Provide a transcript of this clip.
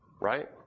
right